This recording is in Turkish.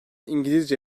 i̇ngilizce